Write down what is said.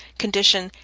condition,